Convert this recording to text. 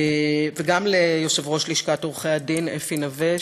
וגם ליושב-ראש לשכת עורכי-הדין אפי נוה,